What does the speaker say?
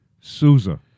Souza